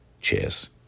Cheers